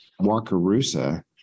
Wakarusa